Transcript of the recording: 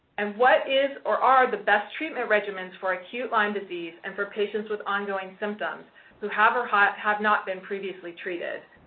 and what is, or are the best treatment regimens for acute lyme disease and for patients with ongoing symptoms who have or have not been previously treated?